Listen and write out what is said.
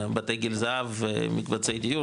בתי גיל זהב ומקבצי דיור,